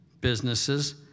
businesses